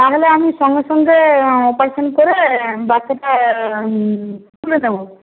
তাহলে আমি সঙ্গে সঙ্গে অপারেশন করে বাচ্চাটা তুলে নেবো